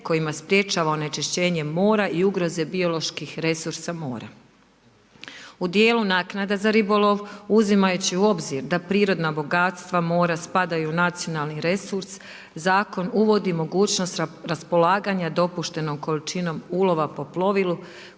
kojima sprječavanja onečišćenje mora i ugroze bioloških resursa mora. U dijelu naknada za ribolov, uzimajući u obzir da prirodna bogatstva mora spadaju u nacionalni resurs, zakon uvodi mogućnost raspolaganja dopuštenom količinom ulova po plovilu